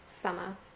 Summer